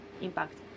impact